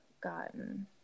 gotten